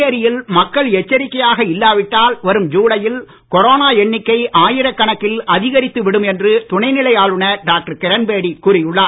புதுச்சேரியில் மக்கள் எச்சரிக்கையாக இல்லாவிட்டால் வரும் ஜுலையில் கொரோனா எண்ணிக்கை ஆயிரக்கணக்கில் அதிகரித்து விடும் என்று துணைநிலை ஆளுநர் டாக்டர் கிரண்பேடி கூறியுள்ளார்